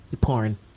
porn